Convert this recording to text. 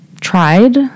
tried